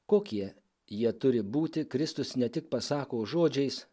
kokie jie turi būti kristus ne tik pasako žodžiais